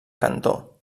cantó